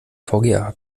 vga